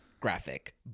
graphic